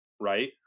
right